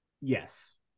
Yes